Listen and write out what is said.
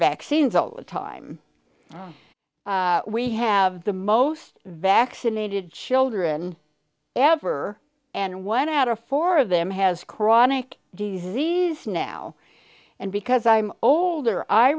vaccines all the time we have the most vaccinated children ever and one out of four of them has chronic disease now and because i'm older i